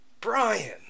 Brian